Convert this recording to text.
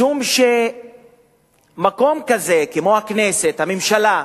משום שמקום כזה כמו הכנסת, הממשלה,